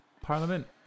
Parliament